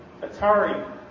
Atari